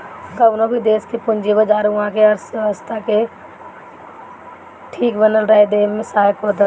कवनो भी देस के पूंजी बाजार उहा के अर्थव्यवस्था के ठीक बनल रहे देवे में सहायक होत हवे